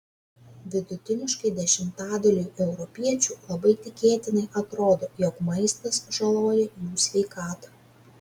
vidutiniškai dešimtadaliui europiečių labai tikėtinai atrodo jog maistas žaloja jų sveikatą